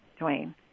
Dwayne